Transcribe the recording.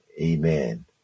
amen